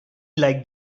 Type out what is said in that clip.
like